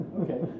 Okay